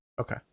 Okay